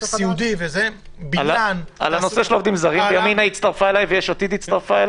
לגבי העובדים הזרים הצטרפו אליי ימינה ויש עתיד.